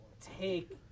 take